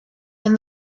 and